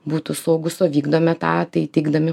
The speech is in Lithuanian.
būtų saugūs o vykdomi etatai teikdami